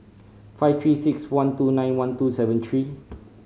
five Three Six One two nine one two seven three